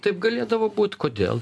taip galėdavo būt kodėl